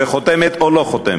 והיא חותמת או לא חותמת.